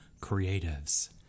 creatives